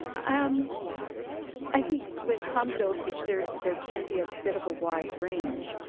i um i think with some dosage there there can be a bit of a wide range.